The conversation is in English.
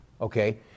Okay